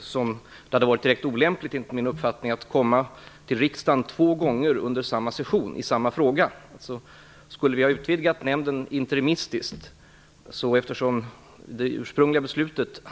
som det enligt min uppfattning hade varit direkt olämpligt att återkomma två gånger till riksdagen under samma session i samma fråga. Det ursprungliga antalet ledamöter är angivet i riksdagsbeslutet.